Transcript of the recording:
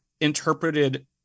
interpreted